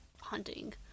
hunting